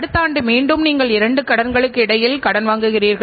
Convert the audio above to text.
தரம் முக்கியமானது ஆனால் சுழற்சி நேரமும் இங்கு முக்கியம்